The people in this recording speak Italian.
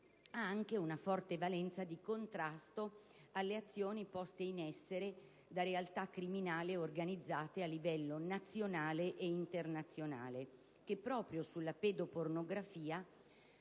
ha anche una forte valenza di contrasto alle azioni poste in essere da realtà criminali organizzate a livello nazionale e internazionale, che proprio sulla pedopornografia